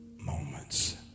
moments